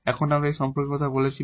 এখানে আমরা এই সম্পর্কে কথা বলছি